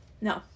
No